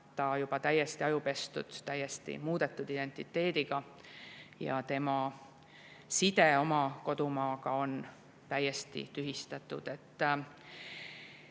on ta juba täiesti ajupestud, täiesti muudetud identiteediga, ja tema side oma kodumaaga on täiesti tühistatud. Eesti